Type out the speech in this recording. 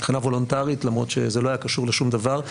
מבחינה וולונטארית למרות שזה לא היה קשור לשום דבר.